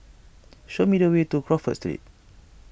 show me the way to Crawford Street